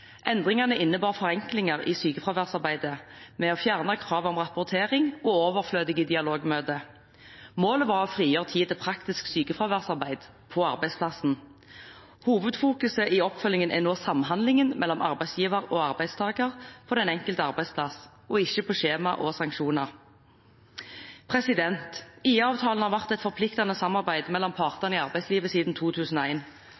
Endringene innebar forenklinger i sykefraværsarbeidet ved å fjerne krav om rapportering og overflødige dialogmøter. Målet var å frigjøre tid til praktisk sykefraværsarbeid på arbeidsplassen. I hovedfokus i oppfølgingen er nå samhandlingen mellom arbeidsgiver og arbeidstaker på den enkelte arbeidsplass og ikke skjemaer og sanksjoner. IA-avtalen har vært et forpliktende samarbeid mellom